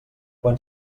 quan